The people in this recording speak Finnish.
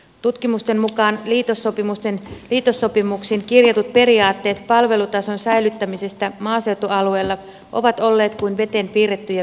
tutkimusten mukaan liitossopimuksiin kirjatut periaatteet palvelutason säilyttämisestä maaseutualueilla ovat olleet kuin veteen piirrettyjä viivoja